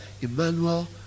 Emmanuel